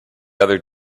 other